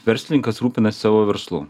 verslininkas rūpinasi savo verslu